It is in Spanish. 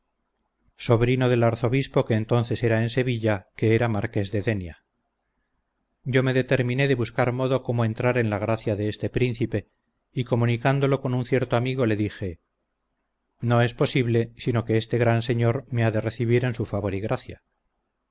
sobrino del arzobispo que entonces era en sevilla que era marques de denia yo me determiné de buscar modo como entrar en la gracia de este príncipe y comunicándolo con cierto amigo le dije no es posible sino que este gran señor me ha de recibir en su favor y gracia